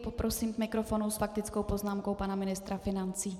Poprosím k mikrofonu s faktickou poznámkou pana ministra financí.